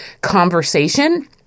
conversation